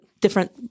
different